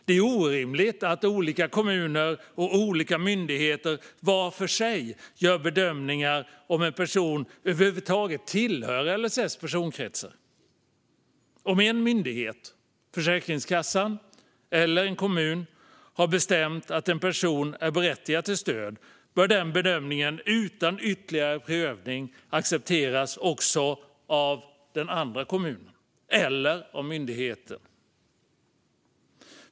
Det är orimligt att olika kommuner och olika myndigheter var för sig gör bedömningar av om en person över huvud taget tillhör LSS personkrets. Om en myndighet - Försäkringskassan eller en kommun - har bestämt att en person är berättigad till stöd bör den bedömningen utan ytterligare prövning accepteras också av den andra kommunen eller myndigheten.